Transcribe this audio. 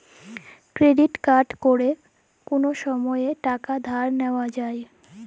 credit কাড়ে ক্যরে কল সময়তে টাকা ধার লিয়া যায়